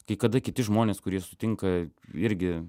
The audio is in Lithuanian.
kai kada kiti žmonės kurie sutinka irgi